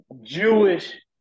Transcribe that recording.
Jewish